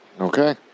Okay